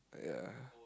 ya